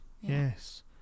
yes